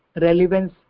relevance